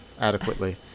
adequately